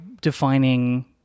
defining